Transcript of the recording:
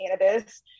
cannabis